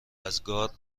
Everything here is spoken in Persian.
ازگار